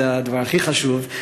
שזה הדבר הכי חשוב,